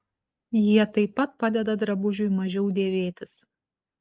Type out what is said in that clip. jie taip pat padeda drabužiui mažiau dėvėtis